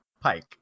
Pike